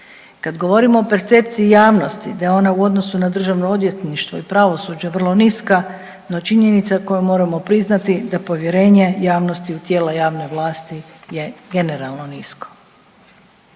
Kad govorimo o percepciji javnosti da je ona u odnosu na državno odvjetništvo i pravosuđe vrlo niska, no činjenica koju moramo priznati da povjerenje javnosti u tijela javne vlasti je generalno nisko.